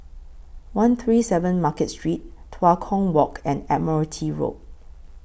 one three seven Market Street Tua Kong Walk and Admiralty Road